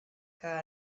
que